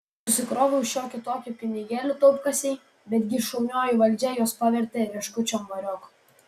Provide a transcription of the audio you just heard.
susikroviau šiokį tokį pinigėlį taupkasėj bet gi šaunioji valdžia juos pavertė rieškučiom variokų